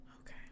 okay